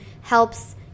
helps